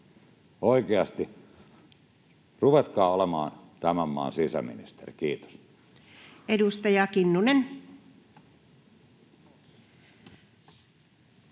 Oikeasti, ruvetkaa olemaan tämän maan sisäministeri. — Kiitos. Edustaja Kinnunen.